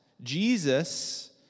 Jesus